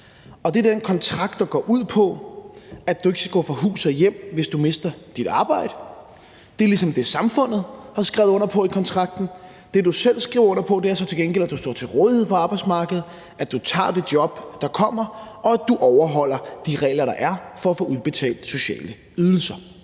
i Danmark, og som går ud på, at du ikke skal gå fra hus og hjem, hvis du mister dit arbejde. Det er ligesom det, samfundet har skrevet under på i kontrakten. Det, du selv skriver under på, er så til gengæld, at du står til rådighed for arbejdsmarkedet, og at du tager det job, der kommer, og at du overholder de regler, der er for at få udbetalt sociale ydelser.